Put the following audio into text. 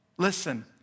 Listen